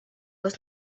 was